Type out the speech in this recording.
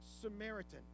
Samaritan